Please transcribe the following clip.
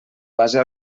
base